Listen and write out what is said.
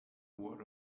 word